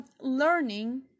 learning